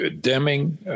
Deming